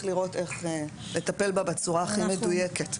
לראות איך לטפל בה בצורה הכי מדויקת.